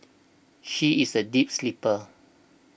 she is a deep sleeper